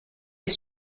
est